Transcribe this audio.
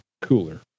cooler